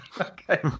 Okay